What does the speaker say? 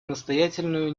настоятельную